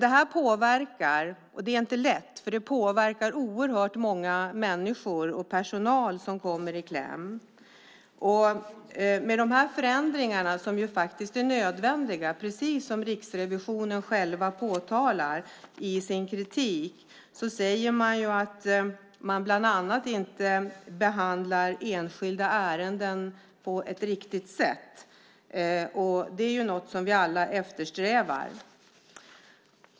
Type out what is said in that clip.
Det är inte lätt; det påverkar många människor, och personal kommer i kläm. Men dessa förändringar är faktiskt nödvändiga, precis som Riksrevisionen påtalar i sin kritik. Man säger att Försäkringskassan inte behandlar enskilda ärenden på ett riktigt sätt. En riktig behandling är något som vi alla eftersträvar.